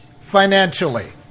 financially